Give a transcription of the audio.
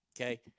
Okay